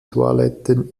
toiletten